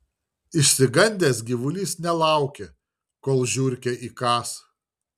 išsigandęs gyvulys nelaukė kol žiurkė įkąs